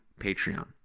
Patreon